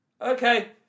Okay